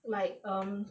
like um